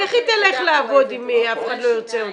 איך היא תלך לעבוד אם אף אחד לא ירצה אותה.